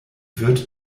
wird